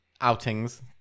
outings